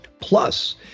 Plus